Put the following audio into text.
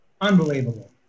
Unbelievable